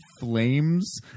flames